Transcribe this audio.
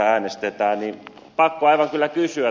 pakko aivan kyllä kysyä